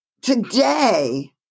Today